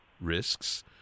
risks